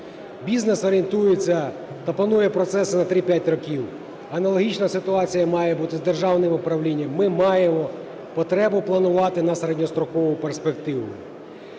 Бізнес орієнтується та планує процеси на 3-5 років, аналогічна ситуація має бути з державним управлінням, ми маємо потребу планувати на середньострокову перспективу.